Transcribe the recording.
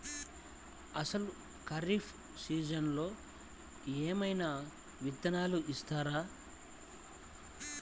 అసలు ఖరీఫ్ సీజన్లో ఏమయినా విత్తనాలు ఇస్తారా?